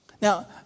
Now